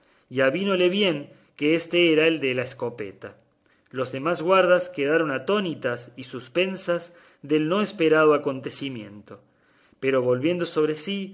lanzada y avínole bien que éste era el de la escopeta las demás guardas quedaron atónitas y suspensas del no esperado acontecimiento pero volviendo sobre sí